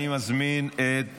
אני מזמין את